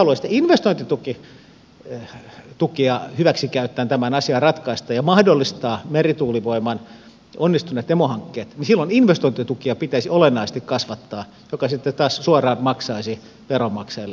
mutta jos te haluaisitte investointitukea hyväksikäyttäen tämän asian ratkaista ja mahdollistaa merituulivoiman onnistuneet demohankkeet niin silloin investointitukia pitäisi olennaisesti kasvattaa mikä sitten taas suoraan maksaisi veronmaksajille olennaisesti